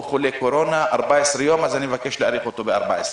חולה קורונה 14 יום אז אני מבקש להאריך את מעצרו ב-14 יום.